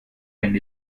and